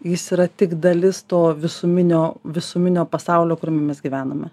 jis yra tik dalis to visuminio visuminio pasaulio kuriame mes gyvename